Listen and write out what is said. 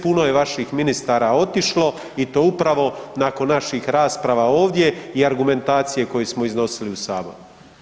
Puno je vaših ministara otišlo i to upravo nakon naših rasprava ovdje i argumentacije koje smo iznosili u Saboru.